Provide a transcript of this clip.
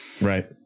right